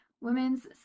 women's